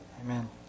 Amen